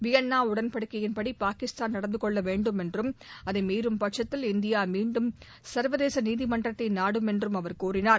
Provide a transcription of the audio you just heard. Vienna உடன்படிக்கையின் படி பாகிஸ்தான் நடந்துகொள்ள வேண்டும் என்றும் அதை மீறும்பட்சத்தில் இந்தியா மீண்டும் சர்வேதச நீதிமன்றத்தை நாடும் என்றும் அவர் கூறினார்